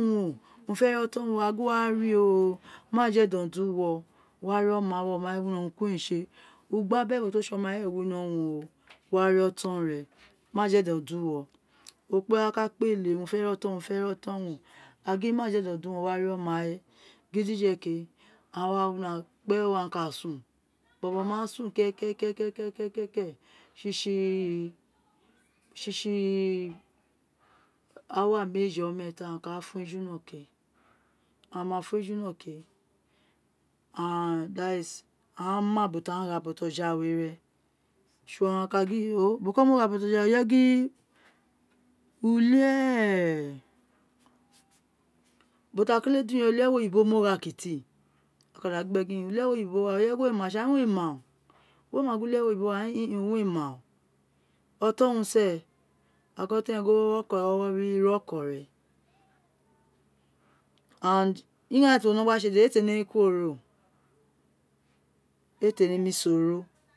mi o mo fẹ ọtọn mi aghan gin wa ríì o, ma je di ẹdọn da uwo wo wari ọma wé ọma wé winọ urun ki urun éè séè ugba biri ewo ti o sé ọma éè wino wun wari ọtọn re ma jẹ di ẹdọn da uwọ o kpé wa ka kpéle ofe ri ọtọn o fẹ ri ọtọn ro aghan gin ma jẹ di ẹdọn da uwọ wo wa ri ọma wé gidije kéè a wa winọ kpe aka sun a ma sun kẹ kẹ kẹ ṣiṣi hour méji were méèta a ka fun eju no kéè ahan ma fun eju kéè that is a ma ubo ti aghan gha bọjọghawé rẹn sọn a ka gin ubo ti a kele dun irẹyé uli-yibo mo gha kiti a ka da gin gbéè gin uli ewo-yibo wo gha o je gin wé ma sá an in owun éè mà o, ọtọn wun séè a gin ọtọn gin o wi ẹwo ira ọkọ rẹ and ighan rẹn ti wo no sé wé éè té nemi kuoro éè té nemi soro